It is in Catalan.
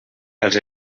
els